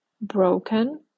Broken